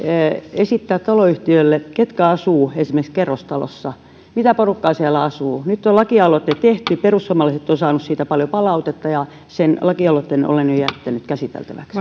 esittää taloyhtiölle ketkä asuvat esimerkiksi kerrostalossa mitä porukkaa siellä asuu nyt on lakialoite tehty perussuomalaiset ovat saaneet siitä paljon palautetta ja sen lakialoitteen olen jo jättänyt käsiteltäväksi